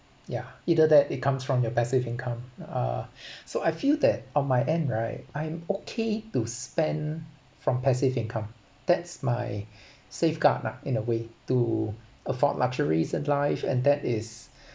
yeah either that it comes from your passive income uh so I feel that on my end right I'm okay to spend from passive income that's my safeguard lah in a way to afford luxuries in life and that is